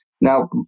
Now